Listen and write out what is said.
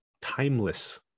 timeless